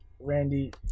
Randy